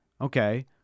okay